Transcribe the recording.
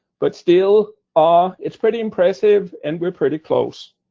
but still, ah it's pretty impressive, and we're pretty close.